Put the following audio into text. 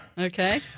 Okay